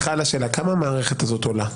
כמה המערכת הזו עולה?